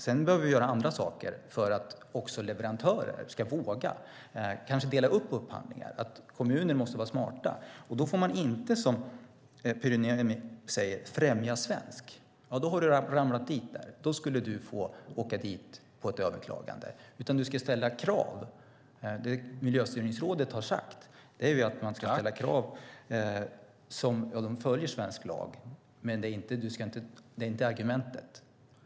Sedan behöver vi göra andra saker för att leverantörer ska våga dela upp upphandlingar. Kommuner måste vara smarta, och då får man inte, som Pyry Niemi säger, främja svenskt, för då trillar man dit på ett överklagande. Man ska ställa krav. Det Miljöstyrningsrådet har sagt är att man ska ställa krav som följer svensk lag, men det är inte argumentet.